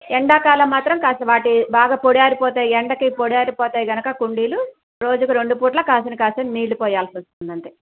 ఎండాకాలం మాత్రం కాస్త వాటి బాగా పొడి ఆరిపోతాయి ఎండకి ఆరిపోతాయి కనుక కుండీలు రోజుకు రెండు పూటలా కాసిన్ని కాసిన్ని నీళ్లు పొయ్యాల్సి వస్తుంది అంతే